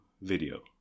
video